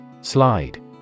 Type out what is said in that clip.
Slide